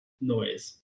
noise